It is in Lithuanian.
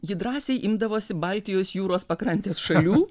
ji drąsiai imdavosi baltijos jūros pakrantės šalių